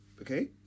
okay